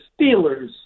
Steelers